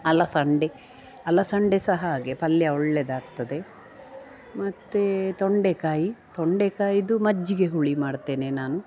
ಅಲಸಂದೆ ಅಲಸಂದೆ ಸಹ ಹಾಗೆ ಪಲ್ಯ ಒಳ್ಳೆಯದಾಗ್ತದೆ ಮತ್ತು ತೊಂಡೆಕಾಯಿ ತೊಂಡೆಕಾಯಿಯದು ಮಜ್ಜಿಗೆ ಹುಳಿ ಮಾಡ್ತೇನೆ ನಾನು